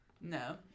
No